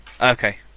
Okay